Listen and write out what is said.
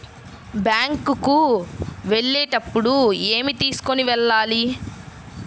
Bank కు వెళ్ళేటప్పుడు ఏమి తీసుకొని వెళ్ళాలి?